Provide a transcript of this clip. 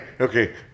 Okay